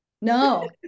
No